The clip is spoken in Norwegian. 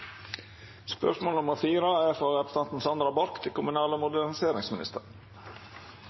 Spørsmål 7, fra representanten Liv Signe Navarsete til kommunal- og moderniseringsministeren,